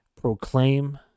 proclaim